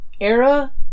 Era